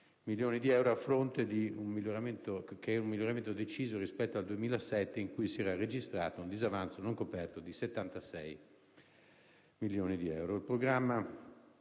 milioni di euro, con un miglioramento deciso rispetto al 2007, in cui si era registrato un disavanzo non coperto di 76 milioni di euro.